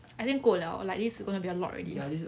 I think 够 liao like this is going to be a lot already